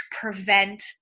prevent